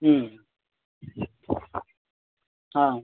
ம் ஆ